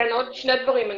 אני רוצה לציין עוד שני דברים.